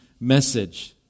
message